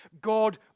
God